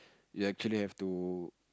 you'll actually have to